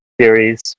series